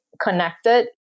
connected